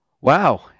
Wow